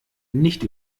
nicht